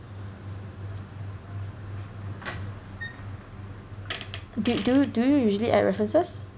d~ do do you usually add references